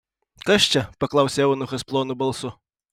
kas čia paklausė eunuchas plonu balsu